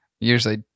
Usually